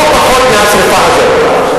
לא פחות מהשרפה הזאת.